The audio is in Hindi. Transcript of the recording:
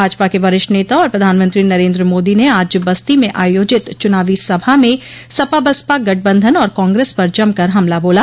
भाजपा के वरिष्ठ नेता और प्रधानमंत्री नरेन्द्र मोदी ने आज बस्ती में आयोजित चुनावी सभा में सपा बसपा गठबंधन और कांग्रेस पर जमकर हमला बोला